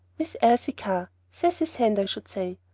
miss elsie carr cecy's hand, i should say.